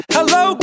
Hello